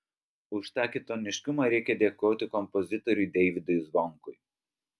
už tą kitoniškumą reikia dėkoti kompozitoriui deividui zvonkui